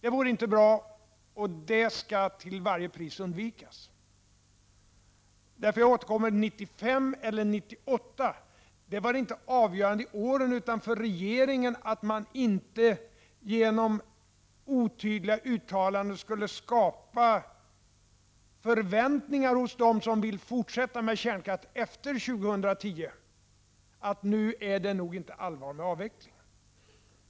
Det vore inte bra, och det skall till varje pris undvikas. Årtalen 1995 eller 1998 är således inte avgörande, utan det viktiga för regeringen är att man inte genom otydliga uttalanden skapar förväntningar hos dem som vill fortsätta med kärnkraften efter 2010 så att de tror att det inte är allvar med avvecklingen.